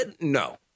No